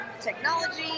technology